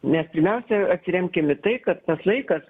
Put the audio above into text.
nes pirmiausia atsiremkim į tai kad tas laikas